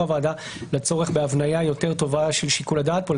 הוועדה לצורך בהבניה יותר טובה של שיקול הדעת פה,